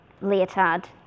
leotard